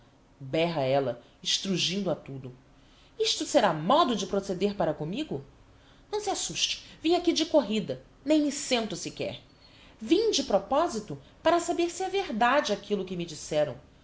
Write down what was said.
berra ella estrugindo a tudo isto será modo de proceder para commigo não se assuste vim aqui de corrida nem me sento sequer vim de proposito para saber se é verdade aquillo que me disseram